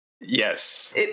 Yes